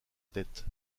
tête